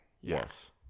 Yes